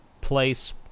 place